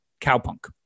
cowpunk